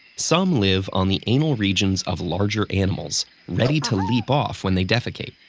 some live on the anal regions of larger animals, ready to leap off when they defecate.